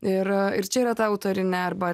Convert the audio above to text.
ir ir čia yra ta autorinė arba